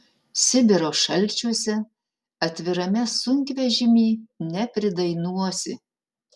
sibiro šalčiuose atvirame sunkvežimy nepridainuosi